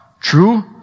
True